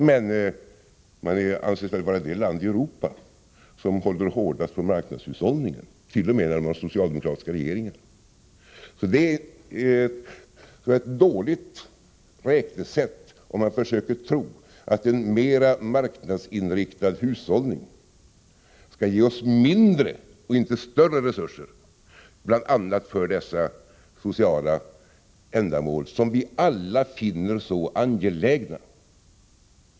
Samtidigt anses väl Västtyskland vara det land i Europa som håller hårdast på marknadshushållningen, t.o.m. när landet har socialdemokratiska regeringar. Man drar alltså dåliga slutsatser, om man tror att en mer marknadsinriktad hushållning skall ge oss mindre, och inte större, resurser för bl.a. de sociala ändamål som vi alla finner så angelägna.